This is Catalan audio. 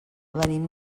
venim